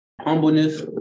humbleness